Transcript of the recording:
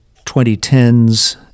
2010s